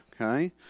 okay